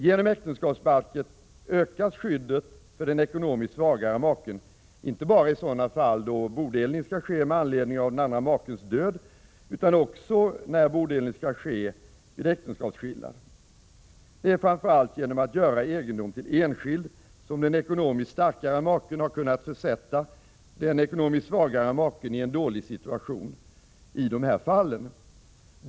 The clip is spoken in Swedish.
Genom äktenskapsbalken ökas skyddet för den ekonomiskt svagare maken, inte bara i sådana fall då bodelning skall ske med anledning av den andra makens död, utan också när bodelning skall ske med anledning av äktenskapsskillnad. Det är framför allt genom att göra egendom till enskild som den ekonomiskt starkare maken har kunnat försätta den ekonomiskt svagare maken i en dålig situation i dessa fall.